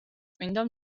წმინდა